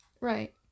Right